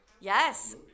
Yes